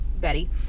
Betty